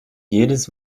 jedes